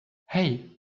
hey